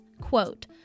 Quote